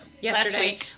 yesterday